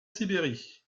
sibérie